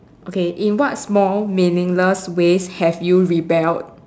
okay in what small meaningless ways have you rebelled